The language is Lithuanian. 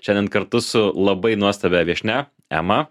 šiandien kartu su labai nuostabia viešnia ema